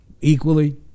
equally